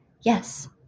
Yes